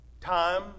Time